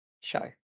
show